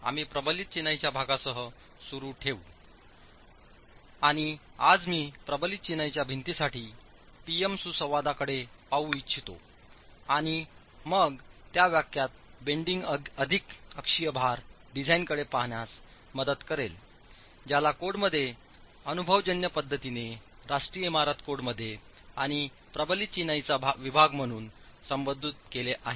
आम्ही प्रबलित चिनाईच्या भागासह सुरू ठेवू आणि आज मी प्रबलित चिनाईच्या भिंतींसाठी P M सुसंवादांकडे पाहू इच्छितो आणि मग त्या वाक्यात बेंडिंग अधिक अक्षीय भार डिझाइनकडे पाहण्यास मदत करेल ज्याला कोडमध्ये अनुभवजन्य पद्धतीने राष्ट्रीय इमारत कोड मध्ये आणि प्रबलित चिनाईचा विभाग म्हणून संबोधित केले आहे